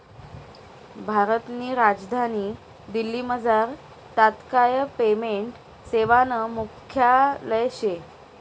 भारतनी राजधानी दिल्लीमझार तात्काय पेमेंट सेवानं मुख्यालय शे